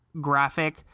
graphic